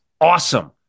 awesome